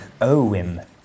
Owim